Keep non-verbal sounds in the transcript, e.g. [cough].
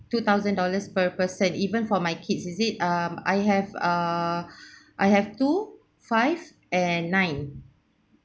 two thousand dollars per person even for my kids is it um I have err [breath] I have two five and nine